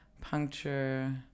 puncture